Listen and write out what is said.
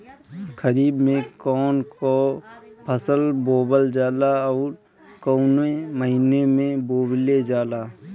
खरिफ में कौन कौं फसल बोवल जाला अउर काउने महीने में बोवेल जाला?